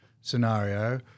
scenario